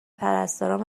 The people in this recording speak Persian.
پرستاران